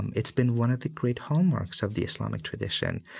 and it's been one of the great hallmarks of the islamic tradition,